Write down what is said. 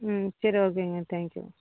ம் சரி ஓகேங்க தேங்க்யூ